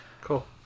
Cool